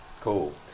cool